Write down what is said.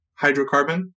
hydrocarbon